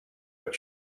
but